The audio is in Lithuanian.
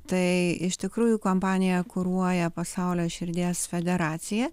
tai iš tikrųjų kompaniją kuruoja pasaulio širdies federacija